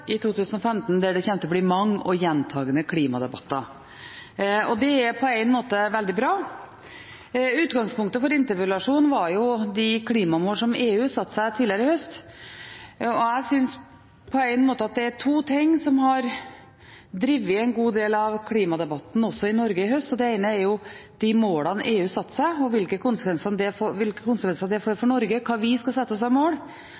år, 2015, der det kommer til å bli mange og gjentakende klimadebatter. Det er på en måte veldig bra. Utgangspunktet for interpellasjonen er de klimamålene som EU satte seg tidligere i høst. Jeg synes det er to ting som har drevet en god del av klimadebatten også i Norge i høst. Det ene er de målene EU satte seg, og hvilke konsekvenser det får for Norge, og hva vi skal sette oss av mål.